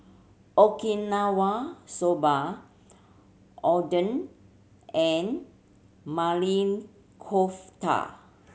Okinawa Soba Oden and Maili Kofta